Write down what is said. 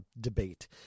debate